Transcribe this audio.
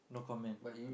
no comment